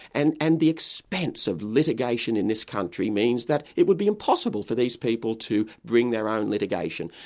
and and the expense of litigation in this country means that it would be impossible for these people to bring their own litigation.